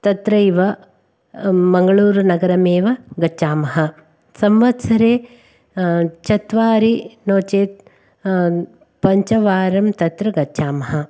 तत्रैव मङ्गलूरुनगरमेव गच्छामः संवत्सरे चत्वारि नो चेत् पञ्चवारं तत्र गच्छामः